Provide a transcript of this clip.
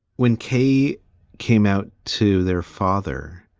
when kay came out to their father